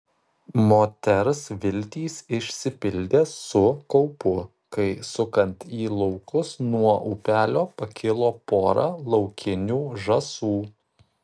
moters viltys išsipildė su kaupu kai sukant į laukus nuo upelio pakilo pora laukinių žąsų